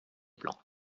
plan